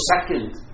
second